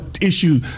issue